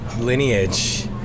lineage